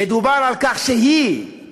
ודובר על כך שהיא,